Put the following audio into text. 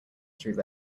through